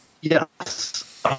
Yes